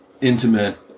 intimate